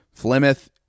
Flemeth